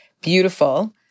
beautiful